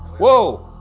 whoa!